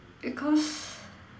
because